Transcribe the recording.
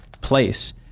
place